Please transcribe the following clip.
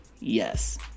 yes